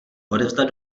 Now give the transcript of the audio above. odevzdat